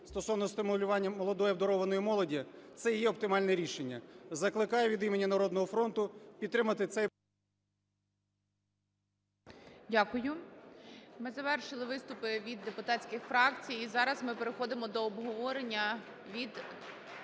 стосовно стимулювання молодої і обдарованої молоді, це і є оптимальне рішення. Закликаю від імені "Народного фронту" підтримати цей…